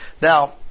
Now